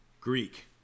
Greek